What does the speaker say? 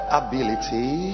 ability